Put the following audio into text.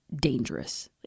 dangerous